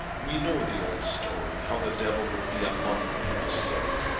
we know the old story how the devil would be a monk when he was sick.